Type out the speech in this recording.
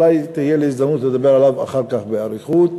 אולי תהיה לי הזדמנות לדבר עליו אחר כך באריכות,